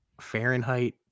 Fahrenheit